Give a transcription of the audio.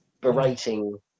berating